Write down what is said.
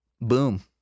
boom